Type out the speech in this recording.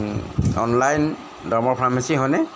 online Dabur pharmacy হয়নে